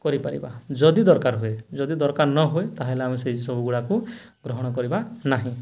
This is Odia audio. କରିପାରିବା ଯଦି ଦରକାର ହୁଏ ଯଦି ଦରକାର ନ ହଏ ତାହେଲେ ଆମେ ସେଇସବୁ ଗୁଡ଼ାକୁ ଗ୍ରହଣ କରିବା ନାହିଁ